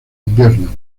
invierno